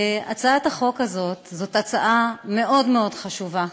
הצעת החוק הזאת היא הצעה מאוד מאוד חשובה,